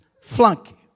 flunky